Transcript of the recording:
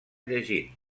llegint